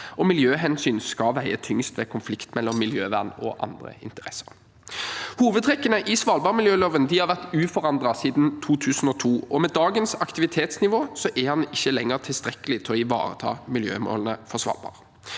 og miljøhensyn skal veie tyngst ved konflikt mellom miljøvern og andre interesser. Hovedtrekkene i svalbardmiljøloven har vært uforandret siden 2002, og med dagens aktivitetsnivå er den ikke lenger tilstrekkelig til å ivareta miljømålene for Svalbard.